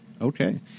Okay